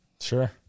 sure